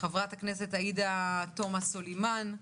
חברת הכנסת עאידה תומא סלימן,